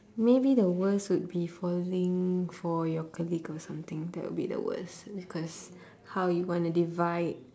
maybe the worst would be falling for your colleague or something that would be the worst because how you wanna divide